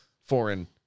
foreign